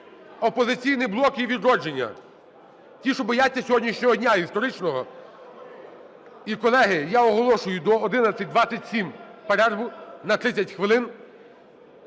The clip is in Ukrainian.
"Опозиційний блок" і "Відродження" – ті, що бояться сьогоднішнього дня історичного. І, колеги, я оголошую до 11:27 перерву на 30 хвилин.